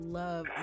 love